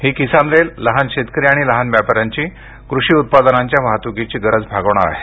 ही Kisan rail लहान शेतकरी आणि लहान व्यापा यांची कृषी उत्पादनांच्या वाहतुकीची गरज भागवणार आहे